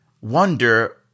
wonder